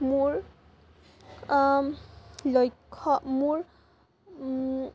মোৰ লক্ষ্য মোৰ